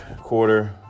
quarter